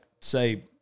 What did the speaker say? say